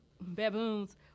baboons